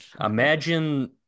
Imagine